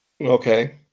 Okay